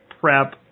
prep